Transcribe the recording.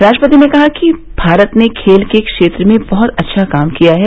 राष्ट्रपति ने कहा कि भारत ने खेल के क्षेत्र में बहुत अच्छा काम किया है